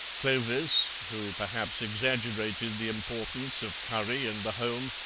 clovis, who perhaps exaggerated the importance of curry in the home,